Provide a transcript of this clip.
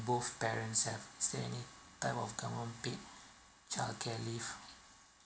both parents have is there any type of government paid childcare leave